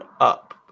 up